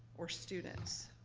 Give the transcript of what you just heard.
or students,